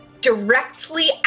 directly